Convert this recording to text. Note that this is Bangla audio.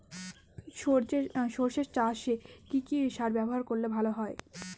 সর্ষে চাসে কি কি সার ব্যবহার করলে ভালো হয়?